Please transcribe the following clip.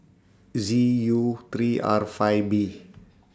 Z U three R five B